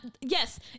yes